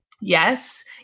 Yes